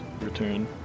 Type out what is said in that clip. return